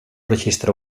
registre